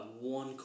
one